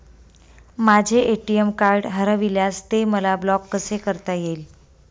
माझे ATM card हरविल्यास ते मला ब्लॉक कसे करता येईल?